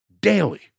daily